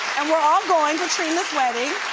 and we're all going to trina's wedding.